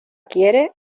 quiere